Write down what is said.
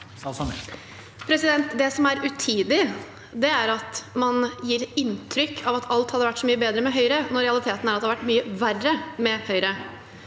Det som er utidig, er at man gir inntrykk av at alt hadde vært så mye bedre med Høyre, når realiteten er at det hadde vært mye verre med Høyre.